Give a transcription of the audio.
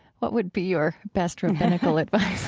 what would be your best rabbinical advice